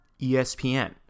ESPN